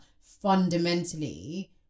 fundamentally